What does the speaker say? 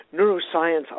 neuroscience